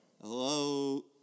Hello